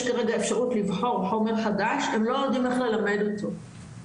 כרגע אפשרות לבחור חומר חדש הם לא יודעים איך ללמד אותו,